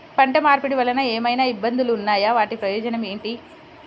పంట మార్పిడి వలన ఏమయినా ఇబ్బందులు ఉన్నాయా వాటి ప్రయోజనం ఏంటి?